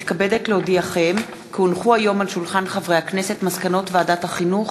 היום על שולחן הכנסת מסקנות ועדת החינוך,